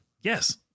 Yes